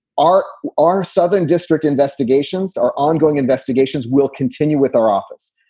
art, our southern district investigations are ongoing. investigations will continue with our office,